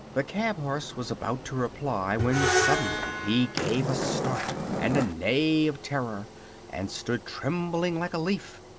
the cab-horse was about to reply when suddenly he gave a start and a neigh of terror and stood trembling like a leaf.